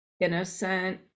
innocent